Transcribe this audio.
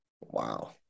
Wow